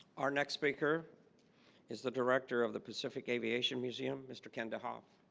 our next speaker is the director of the pacific aviation museum mr. kenda hoff